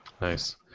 Nice